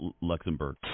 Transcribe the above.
Luxembourg